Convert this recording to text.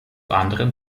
anderen